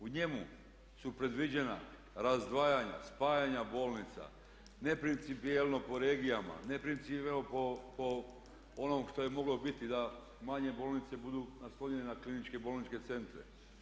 U njemu su predviđena razdvajanja, spajanja bolnica, neprincipijelno po regijama, neprincipijelno po onom što je moglo biti da manje bolnice budu naslonjene na kliničke bolničke centre.